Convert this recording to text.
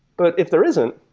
but if there isn't,